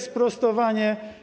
sprostowanie.